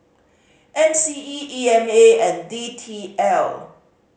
M C E E M A and D T L